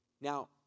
Now